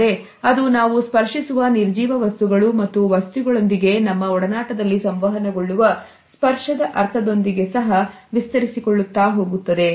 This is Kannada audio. ಆದರೆ ಅದು ನಾವು ಸ್ಪರ್ಶಿಸುವ ನಿರ್ಜೀವ ವಸ್ತುಗಳು ಮತ್ತು ವಸ್ತುಗಳೊಂದಿಗೆ ನಮ್ಮ ಒಡನಾಟದಲ್ಲಿ ಸಂವಹನಗೊಳ್ಳುವ ಸ್ಪರ್ಶದ ಅರ್ಥದೊಂದಿಗೆ ಸಹ ವಿಸ್ತರಿಸಿಕೊಳ್ಳುತ್ತಾ ಹೋಗುತ್ತದೆ